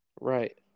right